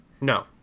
No